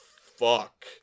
fuck